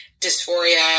dysphoria